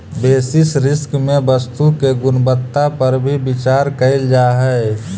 basis risk में वस्तु के गुणवत्ता पर भी विचार कईल जा हई